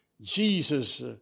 Jesus